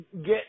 get